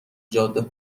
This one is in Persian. جاده